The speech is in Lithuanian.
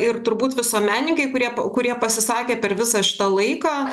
ir turbūt visuomenininkai kurie po kurie pasisakė per visą šitą laiką